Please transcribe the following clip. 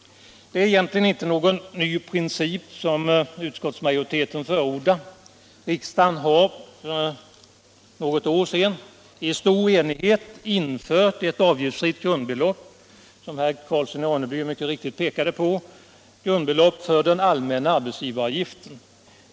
Det är egentligen inte någon ny princip som utskottsmajoriteten förordar. Riksdagen har för något år sedan — i stor enighet — infört ett avgiftsfritt grundbelopp för den allmänna arbetsgivaravgiften som herr Karlsson i Ronneby mycket riktigt pekat på.